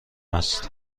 است